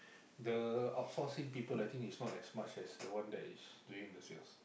the out forcing people I think is not as much as the one that is doing yours